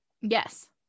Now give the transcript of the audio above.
yes